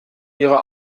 ihrer